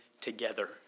together